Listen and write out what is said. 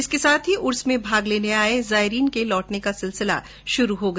इसके साथ ही उर्स में भाग लेने आये जायरीन के लौटने का सिलसिला शुरू हो गया